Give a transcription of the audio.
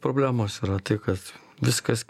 problemos yra tai kad viskas